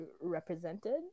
represented